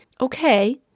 Okay